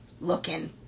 looking